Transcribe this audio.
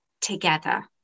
together